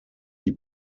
die